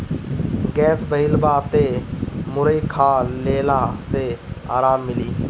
gas भइल बा तअ मुरई खा लेहला से आराम मिली